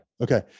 Okay